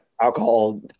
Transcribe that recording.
alcohol